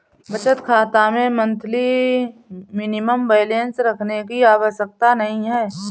बचत खाता में मंथली मिनिमम बैलेंस रखने की कोई आवश्यकता नहीं है